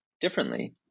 differently